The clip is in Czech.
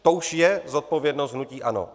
To už je zodpovědnost hnutí ANO.